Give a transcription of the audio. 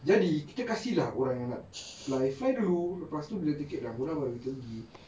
jadi kita kasih lah orang yang nak fly fly dulu lepas tu bila tiket dah murah baru kita pergi